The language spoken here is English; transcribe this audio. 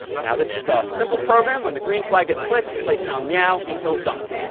now, this is a simple program. when the green flag is clicked, play sound meow until done.